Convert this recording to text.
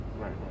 right